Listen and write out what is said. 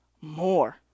more